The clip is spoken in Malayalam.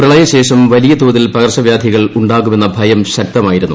പ്രളയ ശേഷം വലിയ തോതിൽ പകർച്ചവ്യാധികൾ ഉണ്ടാകുമെന്ന ഭയം ശക്തമായിരുന്നു